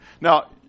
Now